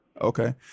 Okay